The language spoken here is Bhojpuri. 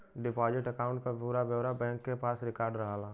डिपोजिट अकांउट क पूरा ब्यौरा बैंक के पास रिकार्ड रहला